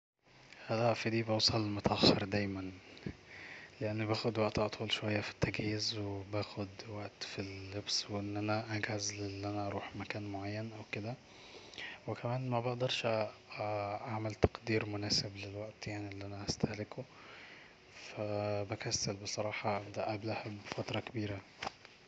لا في دي بوصل متاخر دايما لاني باخد وقت اطول شوية في التجهيز وباخد وقت في اللبس واني أنا اجهز لأن أنا اروح مكان معين وكده وكمان مبقدرش اعمل تقدير مناسب للوقت يعني اللي انا هستهلكه ف بكسل بصراحة ابدا قبلها ب فترة كبيرة